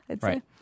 Right